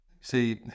See